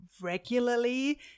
regularly